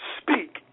speak